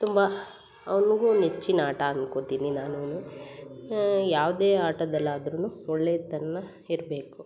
ತುಂಬ ಅವ್ನಿಗೂ ನೆಚ್ಚಿನ ಆಟ ಅಂದ್ಕೋತೀನಿ ನಾನೂ ಯಾವುದೇ ಆಟದಲ್ಲಿ ಆದ್ರೂ ಒಳ್ಳೆಯತನ ಇರಬೇಕು